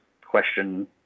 question